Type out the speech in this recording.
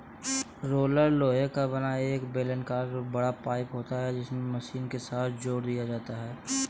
roller लोहे का बना एक बेलनाकर बड़ा पाइप होता है जिसको मशीन के साथ जोड़ दिया जाता है